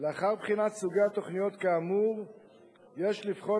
לאחר בחינת סוגי התוכניות כאמור יש לבחון